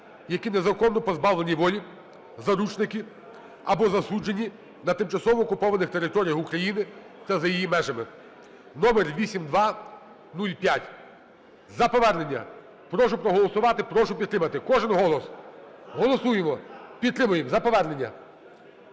які незаконно позбавлені волі, заручники, або засуджені на тимчасово окупованих територіях України та за її межами (№ 8205). За повернення. Прошу проголосувати, прошу підтримати. Кожен голос! Голосуємо. Підтримуємо. За повернення.